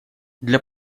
для